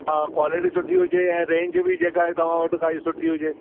हा कवालिटी सुठी हुजे ऐं रेंज बि जेका आहे तव्हां वटि काई सुठी हुजे